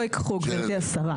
לא ייקחו, גברתי השרה.